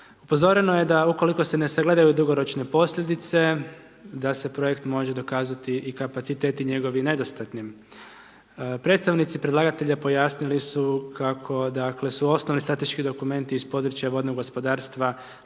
Upozoreno je da ukoliko se ne sagledaju dugoročne posljedice, da se projekt može dokazati i kapaciteti njegovi, nedostatnim. Predstavnici predlagatelja pojasnili su kako dakle su osnovni strateški dokumenti iz područja vodnog gospodarstva,